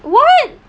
what